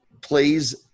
plays